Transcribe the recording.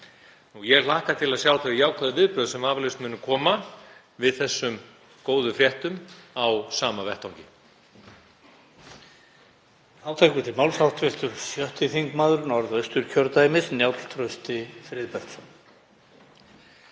Ég hlakka til að sjá þau jákvæðu viðbrögð sem vafalaust munu koma við þessum góðu fréttum á sama vettvangi.